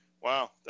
Wow